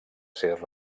ser